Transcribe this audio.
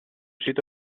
sito